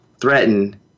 threaten